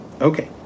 Okay